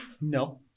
No